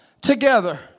together